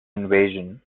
invasion